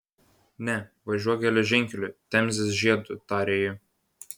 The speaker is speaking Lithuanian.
ne važiuok geležinkeliu temzės žiedu tarė ji